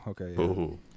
okay